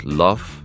love